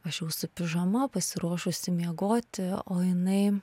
aš jau su pižama pasiruošusi miegoti o jinai